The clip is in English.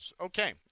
Okay